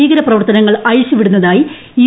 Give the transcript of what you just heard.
ഭീകരപ്രവർത്തനങ്ങൾ അഴിച്ചുവിടുന്നതായി യു